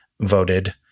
voted